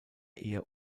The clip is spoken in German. eher